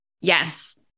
Yes